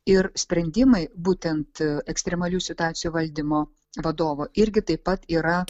ir sprendimai būtent ekstremalių situacijų valdymo vadovo irgi taip pat yra